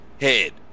head